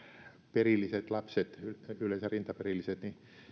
perilliset lapset yleensä rintaperilliset